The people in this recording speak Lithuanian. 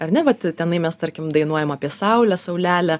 ar ne vat tenai mes tarkim dainuojam apie saulę saulelę